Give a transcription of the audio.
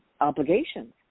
obligations